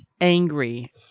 angry